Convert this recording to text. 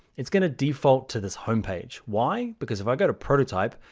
it's going to default to this home page. why? because if i go to prototype.